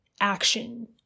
action